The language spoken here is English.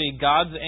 God's